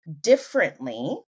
differently